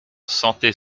sentait